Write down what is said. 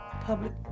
Public